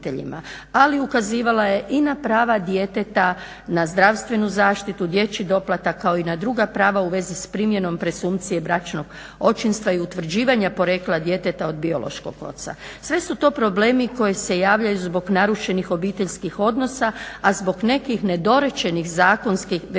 Ali ukazivala je i na prava djeteta, na zdravstvenu zaštitu, dječji doplatak kao i na druga prava u vezi s primjenom presumpcije bračnog očinstva i utvrđivanja porijekla djeteta od biološkog oca. Sve su to problemi koji se javljaju zbog narušenih obiteljskih odnosa, a zbog nekih nedorečenih zakonskih, već smo